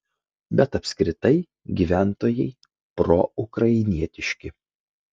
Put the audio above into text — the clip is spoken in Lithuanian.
bet apskritai gyventojai proukrainietiški